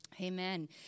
Amen